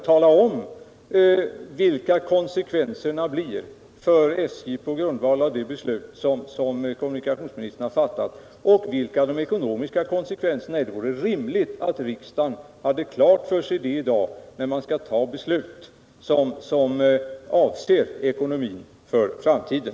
Tala om vilka konsekvenserna blir för SJ på grundval av det beslut som kommunikationsministern fattat och vilka de ekonomiska konsekvenserna blir! Det vore rimligt att riksdagen hade klart för sig detta i dag när vi skall fatta beslut som avser SJ:s ekonomi för framtiden.